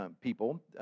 people